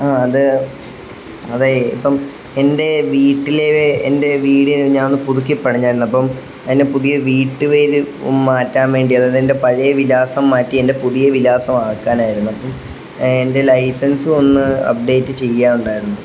അത് അതേയ് ഇപ്പം എൻ്റെ വീട്ടിലേ വെ എൻ്റെ വീട് ഞാനൊന്ന് പുതുക്കി പണിഞ്ഞായിരുന്നു അപ്പം എൻ്റെ പുതിയ വീട്ട് പേര് മാറ്റാൻ വേണ്ടി അതായത് എൻ്റെ പഴയ വിലാസം മാറ്റി എൻ്റെ പുതിയ വിലാസമാക്കാനായിരുന്നു അപ്പം എൻ്റെ ലൈസൻസുമൊന്ന് അപ്ഡേറ്റ് ചെയ്യാനുണ്ടായിരുന്നു